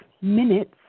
minutes